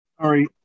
Sorry